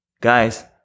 Guys